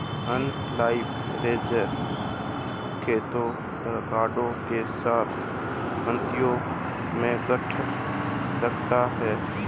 inline wrapper खेतों और यार्डों के साथ पंक्तियों में गांठें रखता है